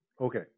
Okay